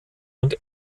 und